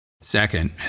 Second